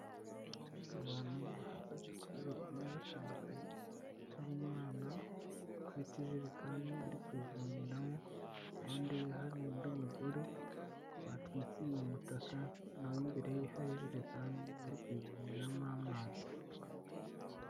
Abantu bahagaze kuri robine batandukanye, hari umwana ufite ijerekani ari kuyivomeramo, impande ye hari undi mugore batwikiye umutaka na we imbere ye hari ijerekani bari kuyivomeramo amazi.